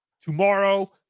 tomorrow